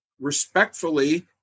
respectfully